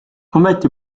ometi